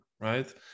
right